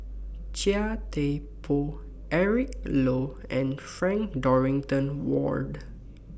Chia Thye Poh Eric Low and Frank Dorrington Ward